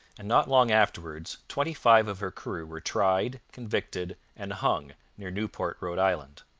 and not long afterwards twenty-five of her crew were tried, convicted, and hung near newport, rhode island.